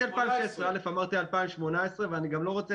2018. לא אמרתי 2016. אמרתי 2018. ואני גם לא רוצה,